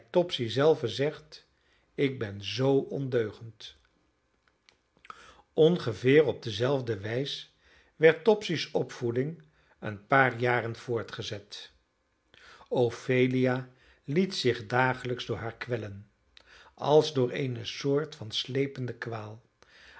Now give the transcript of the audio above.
topsy zelve zegt ik ben zoo ondeugend ongeveer op dezelfde wijs werd topsy's opvoeding een paar jaren voortgezet ophelia liet zich dagelijks door haar kwellen als door eene soort van slepende kwaal